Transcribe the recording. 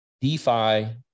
DeFi